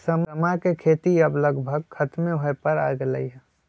समा के खेती अब लगभग खतमे होय पर आ गेलइ ह